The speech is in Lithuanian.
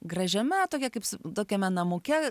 gražiame tokia kaip su tokiame namuke